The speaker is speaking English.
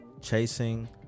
Chasing